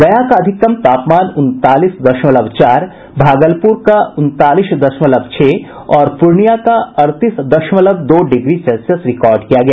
गया का अधिकतम तापमान उनतालीस दशमलव चार भागलपुर का उनतालीस दशमलव छह और पूर्णियां का अड़तीस दशमलव दो डिग्री सेल्सियस रिकॉर्ड किया गया